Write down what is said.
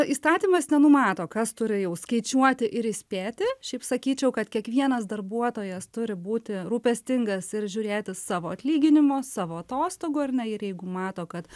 įstatymas nenumato kas turi jau skaičiuoti ir įspėti šiaip sakyčiau kad kiekvienas darbuotojas turi būti rūpestingas ir žiūrėti savo atlyginimo savo atostogų ar ne ir jeigu mato kad